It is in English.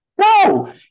No